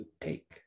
take